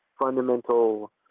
fundamental